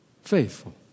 Faithful